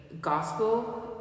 gospel